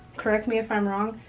correct me if i'm wrong.